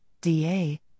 DA